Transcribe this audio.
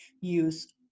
use